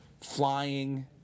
flying